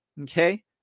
okay